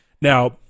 now